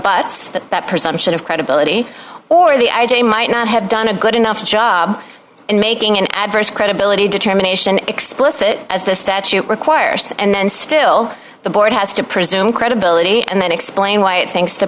ots that presumption of credibility or the i j might not have done a good enough job in making an adverse credibility determination explicit as the statute requires and then still the board has to presume credibility and then explain why it thinks the